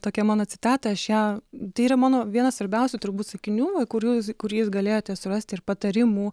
tokią mano citatą aš ją tai yra mano vienas svarbiausių turbūt sakinių va kurių kurį jūs galėjote surasti ir patarimų